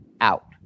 out